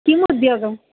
किम् उद्योगम्